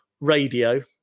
radio